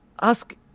ask